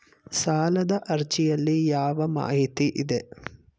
ಸಾಲದ ಅರ್ಜಿಯಲ್ಲಿ ಯಾವ ಮಾಹಿತಿ ಇದೆ?